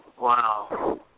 Wow